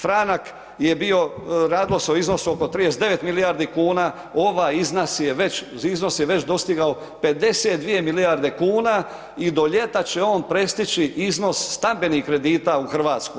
Franak je bio radilo se o iznosu oko 39 milijardi kuna ovaj iznos je već dostigao 52 milijarde kuna i do ljeta će on prestići iznos stambenih kredita u Hrvatskoj.